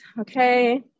okay